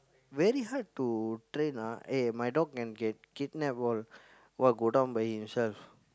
very hard to train ah eh my dog can get kidnap all while go down by himself